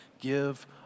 give